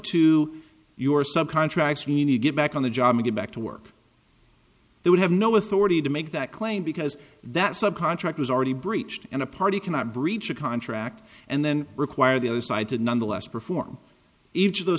to your sub contracts mean you get back on the job and get back to work they would have no authority to make that claim because that sub contract was already breached and a party cannot breach of contract and then require the other side to nonetheless perform each of those